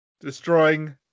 destroying